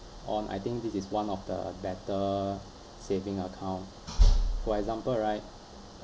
on I think this is one of the better saving account for example right